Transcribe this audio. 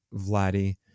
Vladdy